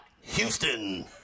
Houston